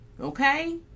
Okay